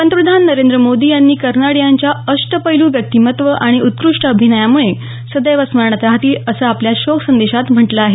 पंतप्रधान नरेंद्र मोदी यांनी कर्नाड हे त्यांच्या अष्टपैलू व्यक्तीमत्व आणि उत्कृष्ट अभिनयामुळं सदैव स्मरणात राहतील असं आपल्या शोकसंदेशात म्हटलं आहे